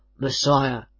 Messiah